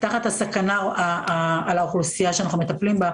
תחת הסכנה הקיימת על האוכלוסייה שאנחנו מטפלים בה,